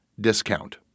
discount